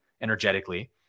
energetically